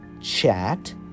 chat